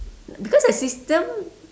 because the system